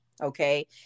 Okay